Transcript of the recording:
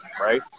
Right